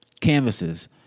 canvases